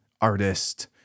artist